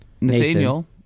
Nathaniel